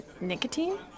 Nicotine